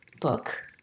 book